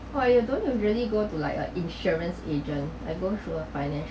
!wah! you don't really go to like a insurance agent I go through a finance